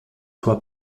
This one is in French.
soit